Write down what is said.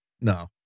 No